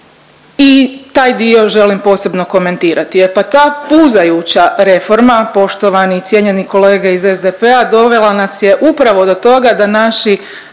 i taj dio želim posebno komentirati je, pa ta puzajuća reforma poštovani i cijenjeni kolege iz SDP-a dovela nas je upravo do toga da naši